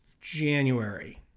January